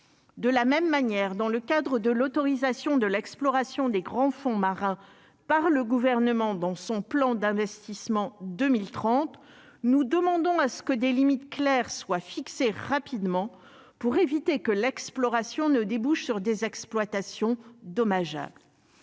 de la même manière, dans le cadre de l'autorisation de l'exploration des grands fonds marins par le gouvernement dans son plan d'investissement 2030, nous demandons à ce que des limites claires soient fixées rapidement pour éviter que l'exploration ne débouche sur des exploitations dommageable